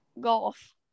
Golf